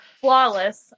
flawless